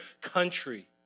country